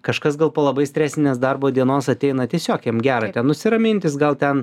kažkas gal po labai stresinės darbo dienos ateina tiesiog jam gera ten nusiramint jis gal ten